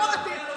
בסדר, נדבר על זה.